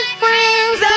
friends